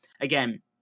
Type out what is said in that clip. Again